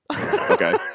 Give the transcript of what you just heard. Okay